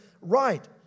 right